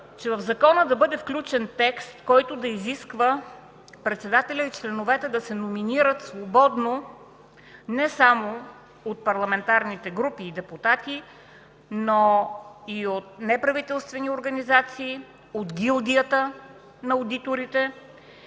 че в закона да бъде включен текст, който да изисква председателят и членовете да се номинират свободно не само от парламентарните групи и депутатите, но и от неправителствени организации, от гилдията на одиторите,